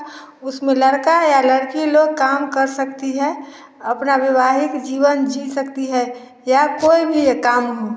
उसमें लड़का या लड़की लोग काम कर सकती है अपना विवाहित जीवन जी सकती है या कोई भी एक काम